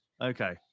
Okay